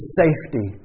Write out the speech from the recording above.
safety